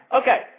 Okay